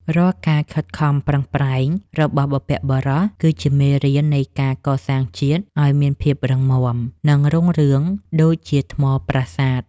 រាល់ការខិតខំប្រឹងប្រែងរបស់បុព្វបុរសគឺជាមេរៀននៃការកសាងជាតិឱ្យមានភាពរឹងមាំ និង រុងរឿងដូចជាថ្មប្រាសាទ។